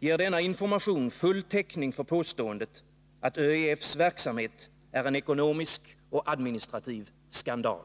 ger denna information full täckning för påståendet att ÖEF:s verksamhet är en ekonomisk och administrativ skandal.